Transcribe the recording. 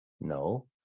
No